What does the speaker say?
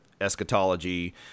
eschatology